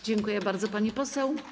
Dziękuję bardzo, pani poseł.